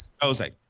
Jose